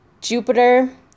Jupiter